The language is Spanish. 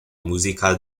música